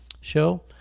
show